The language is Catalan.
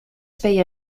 feia